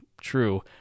true